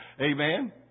Amen